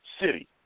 city